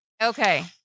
Okay